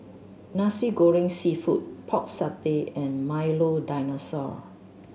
Nasi Goreng Seafood Pork Satay and Milo Dinosaur